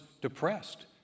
depressed